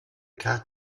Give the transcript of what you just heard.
cat